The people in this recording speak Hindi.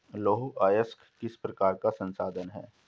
लौह अयस्क किस प्रकार का संसाधन है?